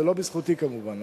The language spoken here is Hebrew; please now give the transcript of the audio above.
זה לא בזכותי, כמובן.